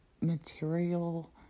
material